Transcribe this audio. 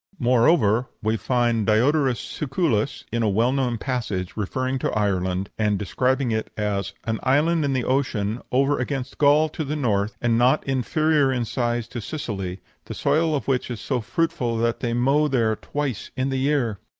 moreover, we find diodorus siculus, in a well-known passage, referring to ireland, and describing it as an island in the ocean over against gaul, to the north, and not inferior in size to sicily, the soil of which is so fruitful that they mow there twice in the year.